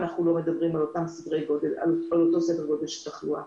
אנחנו לא מדברים על אותו סדר גודל של תחלואה